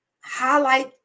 highlight